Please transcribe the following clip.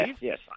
yes